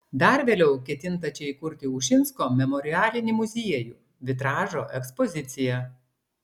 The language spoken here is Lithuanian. dar vėliau ketinta čia įkurti ušinsko memorialinį muziejų vitražo ekspoziciją